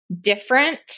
different